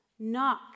Knock